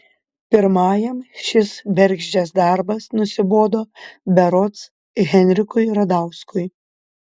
pirmajam šis bergždžias darbas nusibodo berods henrikui radauskui